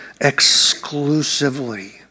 exclusively